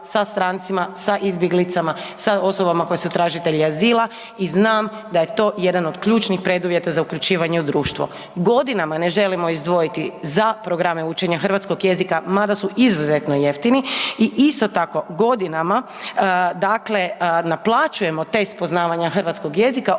sa strancima, sa izbjeglicama, sa osobama koje su tražitelji azila i znam da je to jedan od ključnih preduvjeta za uključivanje u društvo. Godinama ne želimo izdvojiti za programe učenja hrvatskog jezika mada su izuzetno jeftini i isto tako godinama dakle naplaćujem test poznavanja hrvatskog jezika